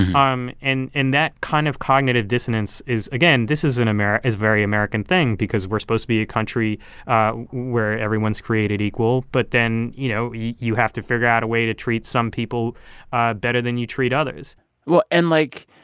um and and that kind of cognitive dissonance is again, this is an is very american thing because we're supposed to be a country where everyone's created equal. but then, you know, you have to figure out a way to treat some people ah better than you treat others well, and, like,